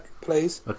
please